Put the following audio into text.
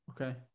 Okay